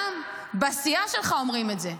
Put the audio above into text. גם בסיעה שלך אומרים את זה,